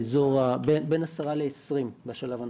בין עשרה ל-20 בשלב הנוכחי.